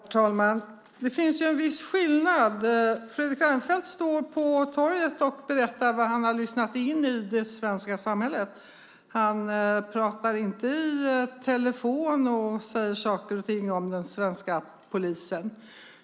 Herr talman! Det finns en viss skillnad. Fredrik Reinfeldt står på torget och berättar vad han har lyssnat in i det svenska samhället. Han pratar inte i telefon och säger saker och ting om den svenska polisen.